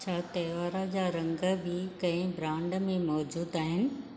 छा त्योहार जा रंग ॿी कंहिं ब्रांड में मौजूद आहिनि